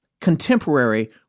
Contemporary